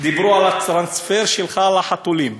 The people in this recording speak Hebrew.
דיברו על הטרנספר שלך לחתולים,